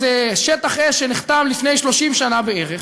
איזה שטח אש שנחתם לפני 30 שנה בערך,